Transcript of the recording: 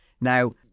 Now